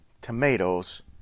tomatoes